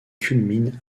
culmine